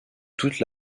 toute